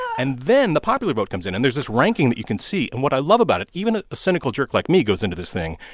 and then the popular vote comes in. and there's this ranking that you can see. and what i love about it even a cynical jerk like me goes into this thing,